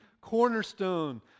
cornerstone